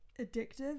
addictive